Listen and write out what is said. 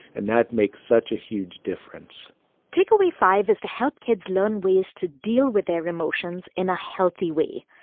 and that makes such a huge difference takeaway five is to help kids learn ways to deal with their emotions in a healthy way.